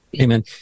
Amen